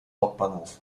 hbf